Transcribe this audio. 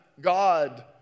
God